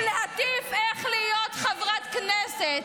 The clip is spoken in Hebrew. -- מעיזה להטיף איך להיות חברת כנסת.